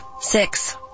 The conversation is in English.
Six